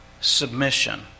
Submission